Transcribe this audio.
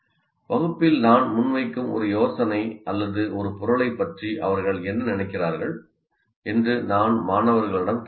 வகுப்பில் நான் முன்வைக்கும் ஒரு யோசனை அல்லது ஒரு பொருளைப் பற்றி அவர்கள் என்ன நினைக்கிறார்கள் என்று நான் மாணவர்களிடம் கேட்கலாம்